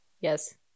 yes